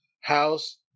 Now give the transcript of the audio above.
house